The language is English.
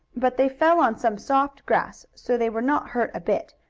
but they fell on some soft grass, so they were not hurt a bit,